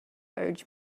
urged